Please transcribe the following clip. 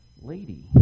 lady